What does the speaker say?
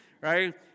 right